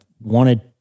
wanted